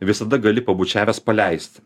visada gali pabučiavęs paleist